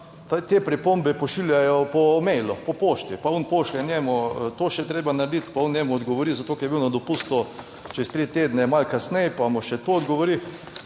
te pripombe pošiljajo po mailu, po pošti, pa on pošlje njemu to še treba narediti, pa on njemu odgovori, zato ker je bil na dopustu čez tri tedne, malo kasneje pa mu še to odgovori.